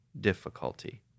difficulty